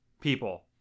people